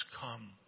come